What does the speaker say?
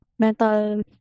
Mental